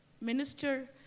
minister